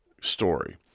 story